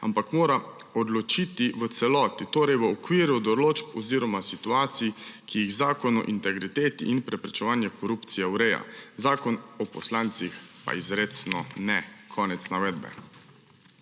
ampak mora odločiti v celoti, torej v okviru določb oziroma situacij, ki jih Zakon o integriteti in preprečevanju korupcije ureja, Zakon o poslancih pa izrecno ne.« Konec navedbe.